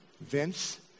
Vince